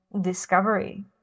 discovery